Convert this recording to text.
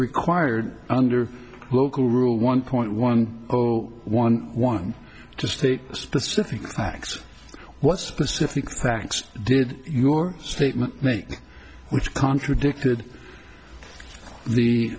required under local rule one point one zero one one to state specific facts what specific facts did your statement make which contradicted the